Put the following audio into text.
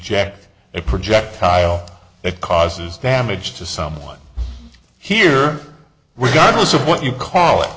jack a projectile it causes damage to someone here regardless of what you call it